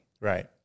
Right